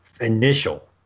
initial